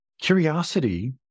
Curiosity